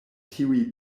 tiuj